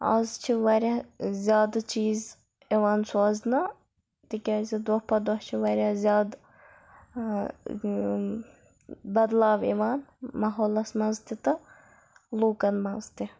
اَز چھِ واریاہ زیادٕ چیٖز یِوان سوزنہٕ تِکیٛازِ دۄہ پَتہٕ دۄہ چھِ واریاہ زیادٕ بدلاو یِوان ماحولَس منٛز تہِ تہٕ لوٗکَن منٛز تہِ